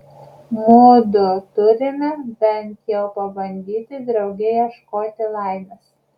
mudu turime bent jau pabandyti drauge ieškoti laimės